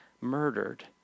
murdered